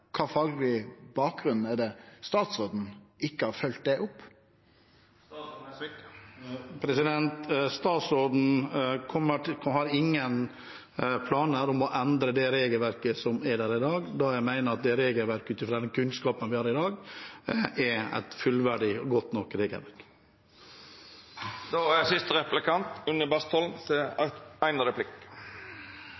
Kva faglege råd har Fiskeridirektoratet gitt statsråden, og kan han forklare på kva fagleg bakgrunn statsråden ikkje har følgt det opp? Statsråden har ingen planer om å endre det regelverket som er der i dag, da jeg mener at det ut fra den kunnskapen vi har i dag, er et fullverdig og godt nok regelverk. Det er